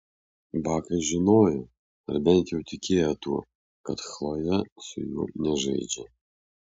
bakas žinojo ar bent jau tikėjo tuo kad chlojė su juo nežaidžia